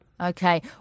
okay